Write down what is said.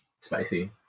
Spicy